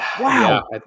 Wow